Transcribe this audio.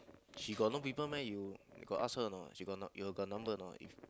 she got no people meh you got ask her or not she got you got number or not if